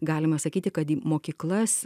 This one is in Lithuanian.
galima sakyti kad į mokyklas